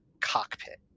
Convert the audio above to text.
cockpit